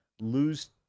Lose